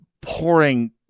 pouring